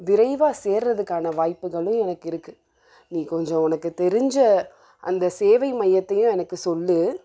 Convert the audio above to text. விரைவாக சேருறதுக்கான வாய்ப்புகளும் எனக்கு இருக்குது நீ கொஞ்சம் உனக்கு தெரிந்த அந்த சேவை மையத்தையும் எனக்கு சொல்